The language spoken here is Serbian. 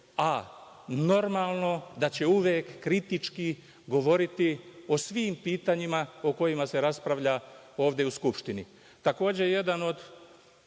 a normalno da će uvek kritički govoriti o svim pitanjima o kojima se raspravlja ovde u Skupštini. Takođe, jedan od